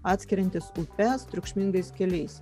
atskiriantys upes triukšmingais keliais